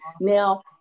Now